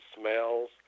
smells